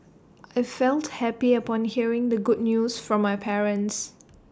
I felt happy upon hearing the good news from my parents